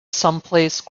someplace